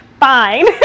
fine